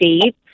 deep